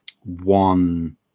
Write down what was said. one